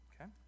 Okay